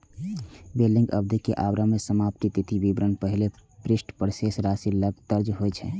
billing अवधि के आरंभ आ समाप्ति तिथि विवरणक पहिल पृष्ठ पर शेष राशि लग दर्ज होइ छै